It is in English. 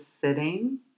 sitting